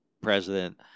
president